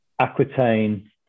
Aquitaine